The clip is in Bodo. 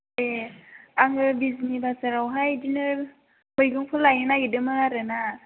ए आङो बिजिनि बाजारावहाय बिदिनो मैगंखौ लायनो नागिरदोंमोन आरो ना